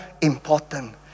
important